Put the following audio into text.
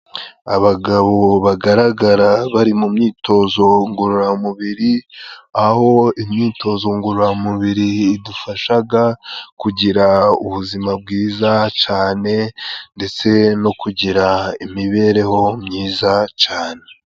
Abagabo bagaragara bari mu myitozo ngororamubiri, aho imyitozo ngororamubiri idufashaga kugira ubuzima bwiza cane, ndetse no kugira imibereho myiza cane.